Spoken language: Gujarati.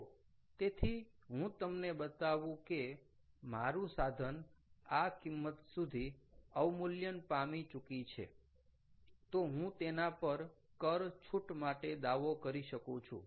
તો તેથી હું તમને બતાવું કે મારું સાધન આ કિંમત સુધી અવમૂલ્યન પામી ચૂકી છે તો હું તેના પર કર છૂટ માટે દાવો કરી શકું છું